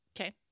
Okay